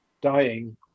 dying